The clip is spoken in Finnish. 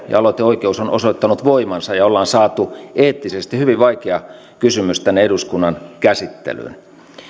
ja aloiteoikeus on osoittanut voimansa ja on saatu eettisesti hyvin vaikea kysymys tänne eduskunnan käsittelyyn